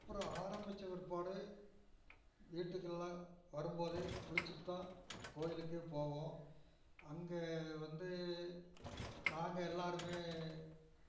அப்புறம் ஆரம்பிச்ச பிற்பாடு வீட்டுக்கெல்லாம் வரும்போதே குளிச்சிவிட்டு தான் கோயிலுக்கே போவோம் அங்கே வந்து நாங்கள் எல்லாருமே